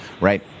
right